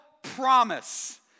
promise